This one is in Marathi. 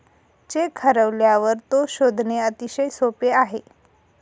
चेक हरवल्यावर तो शोधणे अतिशय सोपे आहे